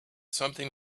something